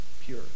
pure